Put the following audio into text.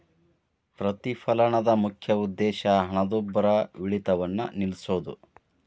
ಪ್ರತಿಫಲನದ ಮುಖ್ಯ ಉದ್ದೇಶ ಹಣದುಬ್ಬರವಿಳಿತವನ್ನ ನಿಲ್ಸೋದು